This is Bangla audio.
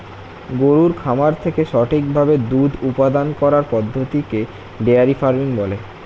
গরুর খামার থেকে সঠিক ভাবে দুধ উপাদান করার পদ্ধতিকে ডেয়ারি ফার্মিং বলে